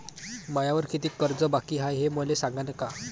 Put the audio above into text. मायावर कितीक कर्ज बाकी हाय, हे मले सांगान का?